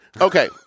Okay